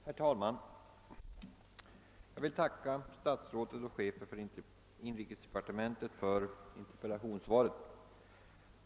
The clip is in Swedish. Herr talman! Jag vill tacka statsrådet och chefen för inrikesdepartementet för interpellationssvaret.